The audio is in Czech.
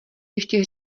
ještě